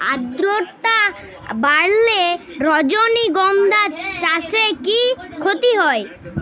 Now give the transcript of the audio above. আদ্রর্তা বাড়লে রজনীগন্ধা চাষে কি ক্ষতি হয়?